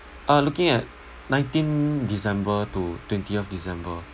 uh looking at nineteenth december to twentieth december